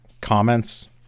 comments